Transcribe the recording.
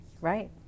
right